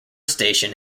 station